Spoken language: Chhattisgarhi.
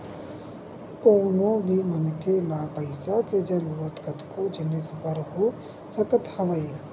कोनो भी मनखे ल पइसा के जरुरत कतको जिनिस बर हो सकत हवय